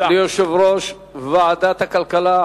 תודה ליושב-ראש ועדת הכלכלה,